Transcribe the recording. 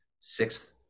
sixth